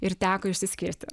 ir teko išsiskirti